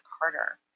Carter